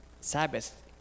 Sabbath